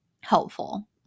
helpful